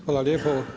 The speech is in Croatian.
Hvala lijepo.